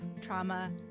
trauma